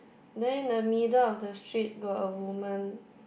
then the middle of the street got a woman